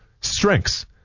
strengths